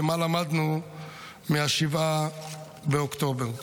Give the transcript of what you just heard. ומה למדנו מ-7 באוקטובר.